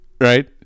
right